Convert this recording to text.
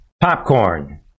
Popcorn